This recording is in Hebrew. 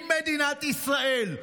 אם מדינת ישראל,